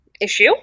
issue